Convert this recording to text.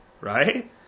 right